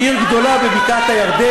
עיר גדולה בבקעת-הירדן,